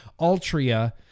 Altria